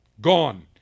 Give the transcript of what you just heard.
gone